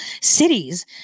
cities